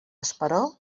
esperó